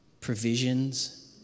provisions